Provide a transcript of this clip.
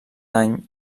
any